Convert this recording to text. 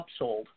upsold